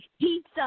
Pizza